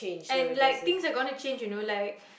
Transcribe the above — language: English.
and like things are gonna change you know like